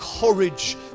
courage